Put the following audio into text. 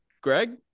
greg